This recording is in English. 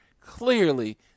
Clearly